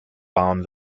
bond